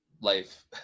life